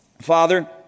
Father